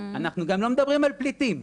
אנחנו גם לא מדברים על פליטים,